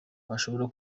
ashobora